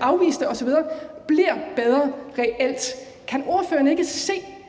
afviste osv., reelt bliver bedre? Kan ordføreren ikke se,